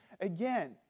again